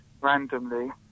randomly